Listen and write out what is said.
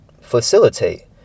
facilitate